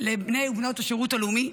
לבני ובנות השירות הלאומי.